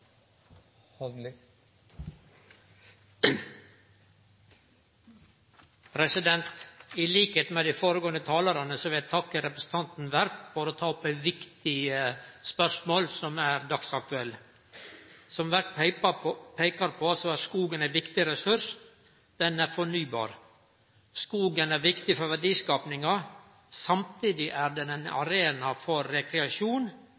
med dei føregåande talarane vil eg takke representanten Werp for at han har teke opp eit viktig og dagsaktuelt spørsmål. Som Werp peika på, er skogen ein viktig ressurs. Han er fornybar. Skogen er viktig for verdiskapinga. Samtidig er han ein arena for rekreasjon,